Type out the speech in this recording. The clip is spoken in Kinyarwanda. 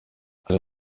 hari